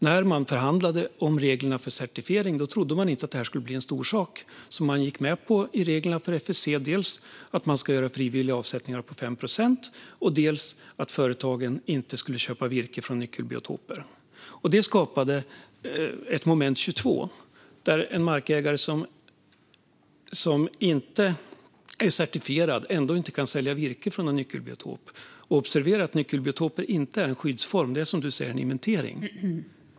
När man förhandlade om reglerna för certifiering trodde man inte att det skulle bli en stor sak, så man gick i reglerna för FSC med på dels att man ska göra frivilliga avsättningar om 5 procent, dels att företagen inte skulle köpa virke från nyckelbiotoper. Det skapade ett moment 22, där en markägare som inte är certifierad inte kan sälja virke från en nyckelbiotop. Och observera att nyckelbiotoper inte är en skyddsform, utan det handlar, som du säger, om en inventering.